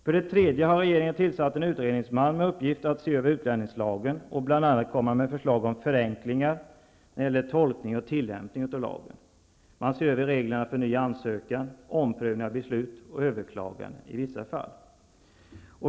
För det tredje har regeringen tillsatt en utredningsman med uppgift att se över utlänningslagen och bl.a. komma med förslag som förenklar tolkningen och tillämpningen av lagen. Man ser över reglerna för ny ansökan, omprövning av beslut och överklaganden i vissa fall.